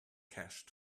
cache